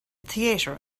theater